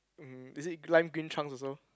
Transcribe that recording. mmhmm is it lime green trunks also